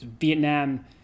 Vietnam